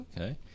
Okay